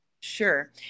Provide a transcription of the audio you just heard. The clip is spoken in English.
Sure